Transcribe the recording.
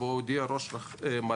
בו הודיע ראש המל"ל,